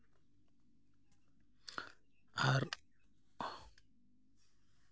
ᱟᱨ